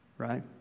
right